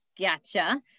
Gotcha